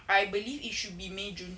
I believe it should be may june